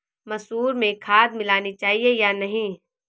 मसूर में खाद मिलनी चाहिए या नहीं?